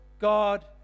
God